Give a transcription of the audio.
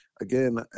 again